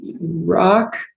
rock